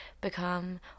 become